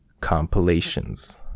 Compilations